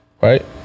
right